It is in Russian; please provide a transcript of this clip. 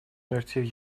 смертей